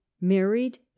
married